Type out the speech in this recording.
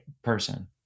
person